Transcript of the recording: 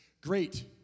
great